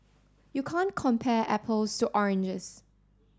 you can't compare apples to oranges